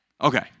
Okay